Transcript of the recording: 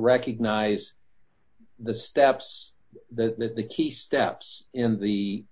recognize the steps that the key steps in the